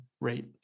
rate